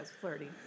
flirty